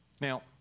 now